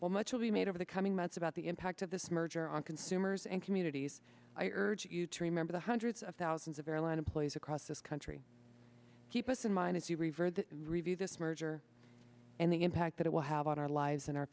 well much will be made over the coming months about the impact of this merger on consumers and communities i urge you to remember the hundreds of thousands of airline employees across this country keep us in mind is the river that review this merger and the impact that it will have on our lives and our